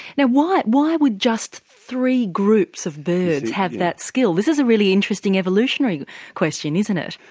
now why why would just three groups of birds have that skill, this is a really interesting evolutionary question isn't it?